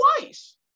twice